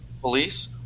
police